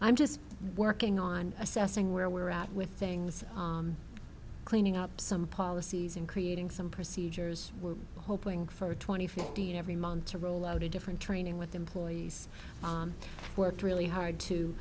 i'm just working on assessing where we're at with things cleaning up some policies and creating some procedures were hoping for twenty fifteen every month to roll out a different training with employees worked really hard to